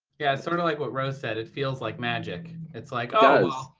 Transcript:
yeah, it's sort of like what rose said. it feels like magic. it's like, oh,